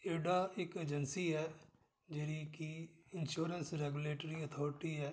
IRDA ਇੱਕ agency ਹੈ ਜਿਹੜੀ ਕਿ ਇਨਸ਼ੋਰੈਂਸ ਰੈਗੂਲੇਟਰੀ ਅਥੋਰਟੀ ਹੈ